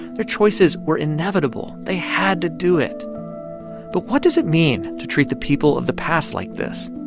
their choices were inevitable. they had to do it but what does it mean to treat the people of the past like this,